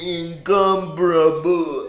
incomparable